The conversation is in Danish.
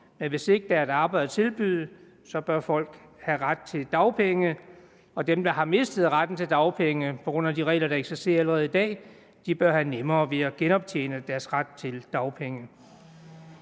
Men hvis der ikke er arbejde at tilbyde, så bør folk have ret til dagpenge, og dem, der har mistet retten til dagpenge på grund af de regler, der eksisterer allerede i dag, bør have nemmere ved at genoptjene deres ret til dagpenge.